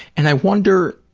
and i wonder